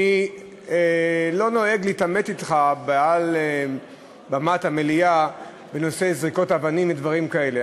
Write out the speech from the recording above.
אני לא נוהג להתעמת אתך מבמת המליאה בנושא זריקות אבנים ודברים כאלה,